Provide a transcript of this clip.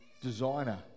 designer